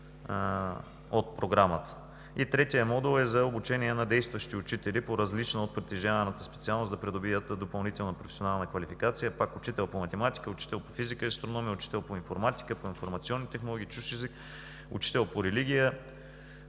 от Програмата. И третият модул е за обучение на действащи учители по различна от притежаваната специалност, да придобият допълнителна професионална квалификация – пак учител по математика, учител по физика и астрономия, учител по информатика, по информационни технологии, чужд език, учител по религия,